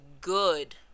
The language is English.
good